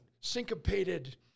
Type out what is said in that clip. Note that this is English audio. syncopated